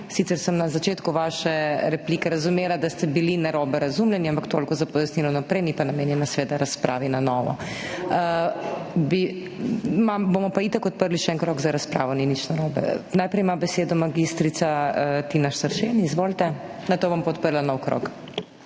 Sicer sem na začetku vaše replike razumela, da ste bili narobe razumljeni, ampak toliko kot pojasnilo za naprej, ni pa namenjena seveda razpravi na novo. Itak pa bomo odprli še en krog za razpravo, ni nič narobe. Najprej ima besedo mag. Tina Seršen, nato pa bom odprla nov krog.